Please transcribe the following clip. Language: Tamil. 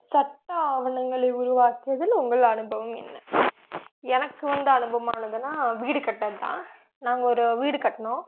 சட்ட ஆவணங்களை உருவாக்குவதில் உங்கள் அனுபவம் என்ன எனக்கு வந்த அனுபவமானதுனால் வீடு கட்டினது தான் நாங்கள் ஒரு வீடு கட்டினோம்